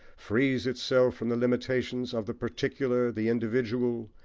frees itself from the limitations of the particular, the individual,